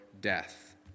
death